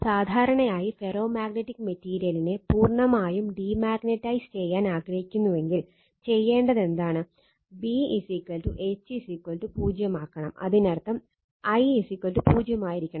സാധാരണയായി ferro magnetic മെറ്റീരിയലിനെ പൂർണ്ണമായും ഡീമാഗ്നൈട്ടൈസ് ചെയ്യാൻ ആഗ്രഹിക്കുന്നുവെങ്കിൽ ചെയ്യേണ്ടത് എന്താണ് B H 0 ആക്കണം അതിനർത്ഥം I 0 ആയിരിക്കണം